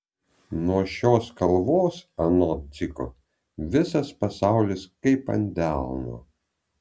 nuo šios kalvos anot dziko visas pasaulis kaip ant delno